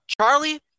Charlie